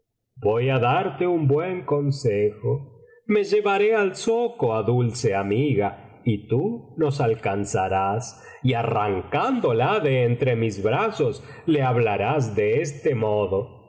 voy á darte un buen consejo me llevaré al zoco á dulce amiga y tú nos alcanzarás y arrancándola de entre mis manos le hablarás de este modo